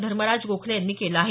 धर्मराज गोखले यांनी केलं आहे